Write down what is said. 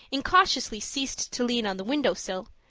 incautiously ceased to lean on the window sill,